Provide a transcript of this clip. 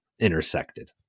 intersected